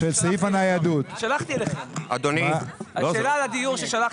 שלחתי אליך את השאלה הזאת.